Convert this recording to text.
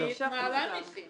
היא מעלה מסים.